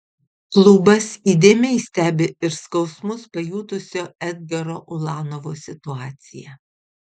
klubas įdėmiai stebi ir skausmus pajutusio edgaro ulanovo situaciją